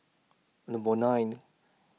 Number nine